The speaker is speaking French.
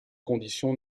conditions